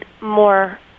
more